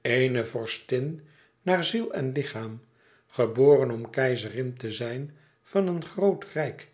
eene vorstin naar ziel en lichaam geboren om keizerin te zijn van een groot rijk